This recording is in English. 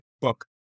book